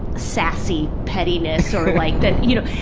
sassy pettiness or like that, you know,